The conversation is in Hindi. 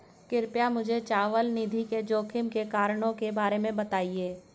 कृपया मुझे चल निधि जोखिम के कारणों के बारे में बताएं